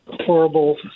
horrible